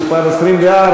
24,